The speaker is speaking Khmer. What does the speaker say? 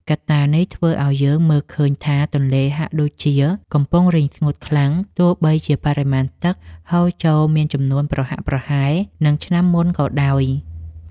កត្តានេះធ្វើឱ្យយើងមើលឃើញថាទន្លេហាក់ដូចជាកំពុងរីងស្ងួតខ្លាំងទោះបីជាបរិមាណទឹកហូរចូលមានចំនួនប្រហាក់ប្រហែលនឹងឆ្នាំមុនក៏ដោយ។